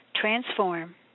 transform